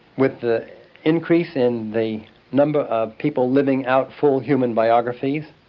with the increase in the number of people living out full human biographies,